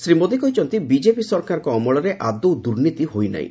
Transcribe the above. ଶ୍ରୀ ମୋଦୀ କହିଛନ୍ତି ବିଜେପି ସରକାରଙ୍କ ଅମଳରେ ଆଦୌ ଦୁର୍ନୀତି ହୋଇନାହିଁ